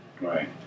Right